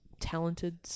talented